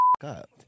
up